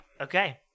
Okay